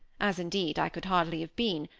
as indeed i could hardly have been,